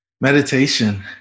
Meditation